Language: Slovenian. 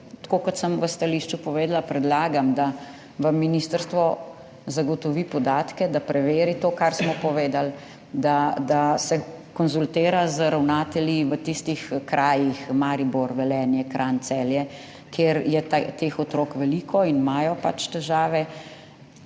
tako kot sem v stališču povedala, predlagam, da vam ministrstvo zagotovi podatke, da preveri to, kar smo povedali, da se konzultira z ravnatelji v tistih krajih, Maribor, Velenje, Kranj, Celje, kjer je teh otrok veliko in imajo pač težave,